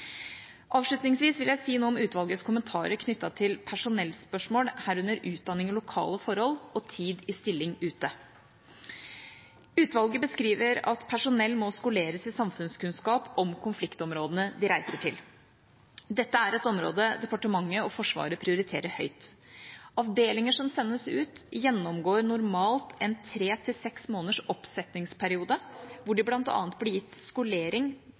Avslutningsvis vil jeg si noe om utvalgets kommentarer knyttet til personellspørsmål, herunder utdanning i lokale forhold og tid i stilling ute. Utvalget beskriver at personell må skoleres i samfunnskunnskap om konfliktområdene de reiser til. Dette er et område departementet og Forsvaret prioriterer høyt. Avdelinger som sendes ut, gjennomgår normalt en tre–seks måneders oppsetningsperiode, hvor de bl.a. blir gitt skolering